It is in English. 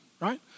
right